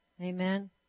Amen